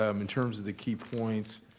um in terms of the key points,